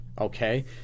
okay